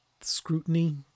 scrutiny